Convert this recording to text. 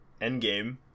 Endgame